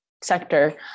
sector